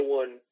one